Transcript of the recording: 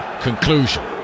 conclusion